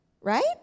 Right